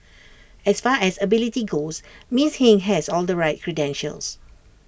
as far as ability goes miss Hing has all the right credentials